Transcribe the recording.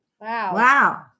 Wow